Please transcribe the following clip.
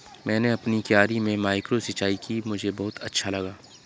मैंने अपनी क्यारी में माइक्रो सिंचाई की मुझे बहुत अच्छा लगा